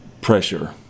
pressure